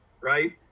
right